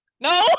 no